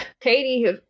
Katie